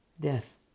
Death